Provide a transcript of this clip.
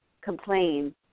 complain